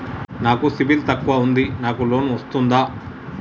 నాకు సిబిల్ తక్కువ ఉంది నాకు లోన్ వస్తుందా?